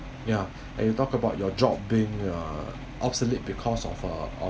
ya and you talk about your job being uh obsolete because of uh